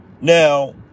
now